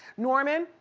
norman,